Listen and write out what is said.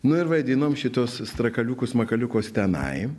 nu ir vaidinom šituos strakaliukus makaliukuos tenai